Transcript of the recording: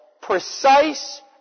precise